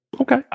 okay